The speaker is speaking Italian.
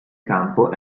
campo